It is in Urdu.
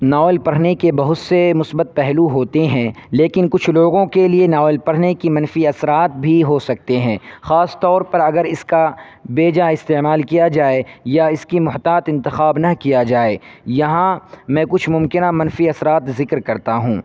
ناول پڑھنے کے بہت سے مثبت پہلو ہوتے ہیں لیکن کچھ لوگوں کے لیے ناول پڑھنے کی منفی اثرات بھی ہو سکتے ہیں خاص طور پر اگر اس کا بے جا استعمال کیا جائے یا اس کی محتاط انتخاب نہ کیا جائے یہاں میں کچھ ممکنہ منفی اثرات ذکر کرتا ہوں